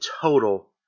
total